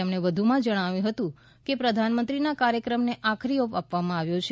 તેમણે વધુમાં જણાવ્યું હતું કે પ્રધાનમંત્રીના કાર્યક્રમને આખરી ઓપ આપવામાં આવ્યો છે